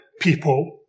people